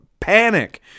panic